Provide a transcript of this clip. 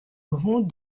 grand